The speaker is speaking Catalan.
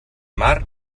mar